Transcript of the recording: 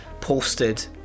posted